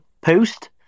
Post